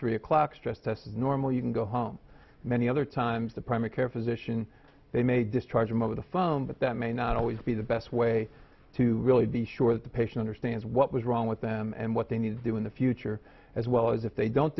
three o'clock stress test is normal you can go home many other times the primary care physician they may discharge him over the phone but that may not always be the best way to really be sure that the patient understands what was wrong with them and what they need to do in the future as well as if they don't